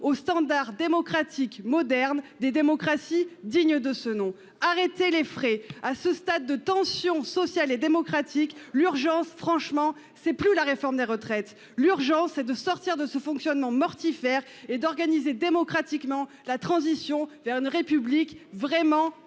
aux standards démocratiques moderne des démocraties dignes de ce nom. Arrêtez les frais. À ce stade de tension sociale et démocratique. L'urgence, franchement c'est plus la réforme des retraites. L'urgence est de sortir de ce fonctionnement mortifère et d'organiser démocratiquement la transition vers une république vraiment parlementaire.